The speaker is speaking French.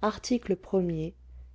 article ier